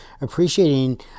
appreciating